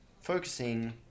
focusing